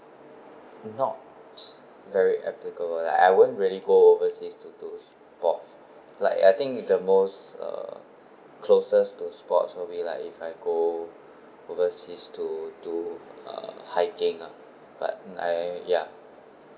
not very applicable I won't really go overseas to do sports like I think is the most uh closest to sports would be like if I go overseas to do uh hiking ah but I ya